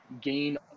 gain